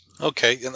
okay